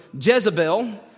Jezebel